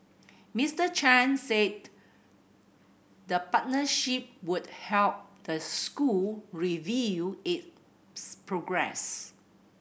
Mister Chan said the partnership would help the school review its progress